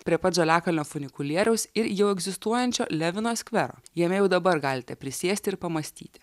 prie pat žaliakalnio funikulieriaus ir jau egzistuojančio levino skvero jame jau dabar galite prisėsti ir pamąstyti